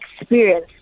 experience